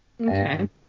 Okay